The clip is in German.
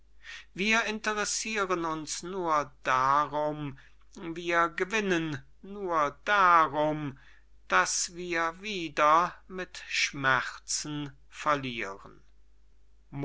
wir interessiren uns nur darum wir gewinnen nur darum daß wir wieder mit schmerzen verlieren